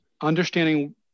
understanding